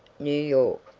new york.